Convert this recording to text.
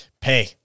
pay